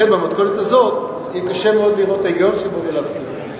במתכונת הזאת יהיה קשה מאוד לראות את ההיגיון שבו ולהסכים לו.